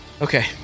okay